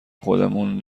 خودمون